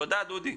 תודה, דודי.